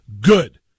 good